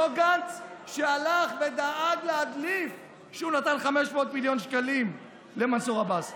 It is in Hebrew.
אותו גנץ שהלך ודאג להדליף שהוא נתן 500 מיליון שקלים למנסור עבאס,